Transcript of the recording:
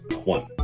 one